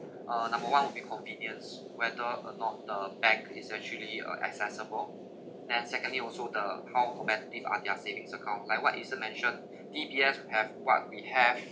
uh number one will be convenience whether or not the bank is actually uh accessible then secondly also the how the bank diff on their savings account like what eason mention D_B_S have what we have